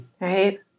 Right